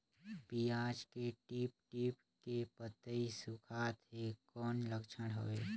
पियाज के टीप टीप के पतई सुखात हे कौन लक्षण हवे?